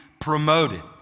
promoted